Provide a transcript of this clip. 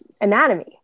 anatomy